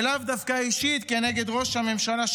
ולאו דווקא אישית נגד ראש הממשלה,